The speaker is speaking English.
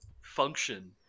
function